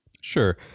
Sure